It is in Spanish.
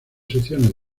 secciones